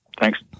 Thanks